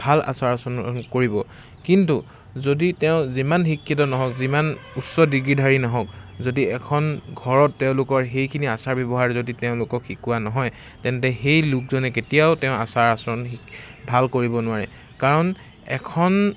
ভাল আচাৰ আচৰণ কৰিব কিন্তু যদি তেওঁ যিমান শিক্ষিত নহওক যিমান উচ্চ ডিগ্ৰীধাৰী নহওক যদি এখন ঘৰত তেওঁলোকৰ সেইখিনি আচাৰ ব্যৱহাৰ যদি তেওঁলোকক শিকোৱা নহয় তেন্তে সেই লোকজনে কেতিয়াও তেওঁ আচাৰ আচৰণ ভাল কৰিব নোৱাৰে কাৰণ এখন